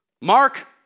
Mark